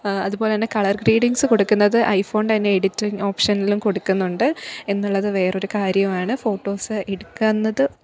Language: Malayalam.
അതുപോലെ തന്നെ കളർ ക്രീയേറ്റീങ്ങ് കൊടുക്കുന്നത് ഐ ഫോണിൻ്റ തന്നെ എഡിറ്റിംഗ് ഓപ്ഷനിലും കൊടുക്കുന്നുണ്ട് എന്നുള്ളത് വേറൊരു കാര്യമാണ് ഫോട്ടോസ് എടുക്കുന്നത്